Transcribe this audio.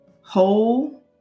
whole